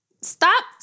Stop